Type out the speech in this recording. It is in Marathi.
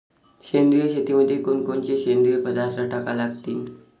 सेंद्रिय शेतीमंदी कोनकोनचे सेंद्रिय पदार्थ टाका लागतीन?